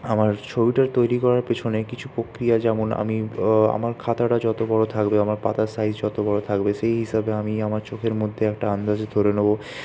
আমার ছবিটা তৈরি করার পেছনে কিছু প্রক্রিয়া যেমন আমি আমার খাতাটা যত বড়ো থাকবে আমার পাতার সাইজ যত বড়ো থাকবে সেই হিসাবে আমি আমার চোখের মধ্যে একটা আন্দাজ ধরে নেব